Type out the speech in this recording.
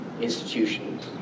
institutions